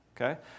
okay